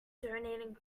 donating